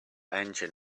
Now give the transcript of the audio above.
engine